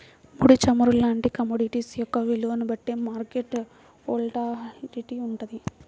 ముడి చమురు లాంటి కమోడిటీస్ యొక్క విలువని బట్టే మార్కెట్ వోలటాలిటీ వుంటది